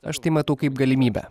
aš tai matau kaip galimybę